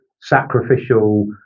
sacrificial